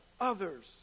others